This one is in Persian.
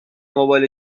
موبایل